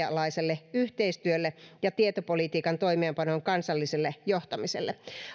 alaiselle yhteistyölle ja tietopolitiikan toimeenpanon kansalliselle johtamiselle